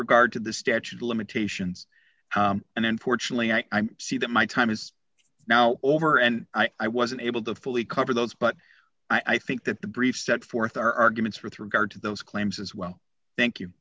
regard to the statute of limitations and unfortunately i see that my time is now over and i wasn't able to fully cover those but i think that the briefs set forth are arguments with regard to those claims as well thank you